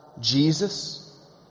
Jesus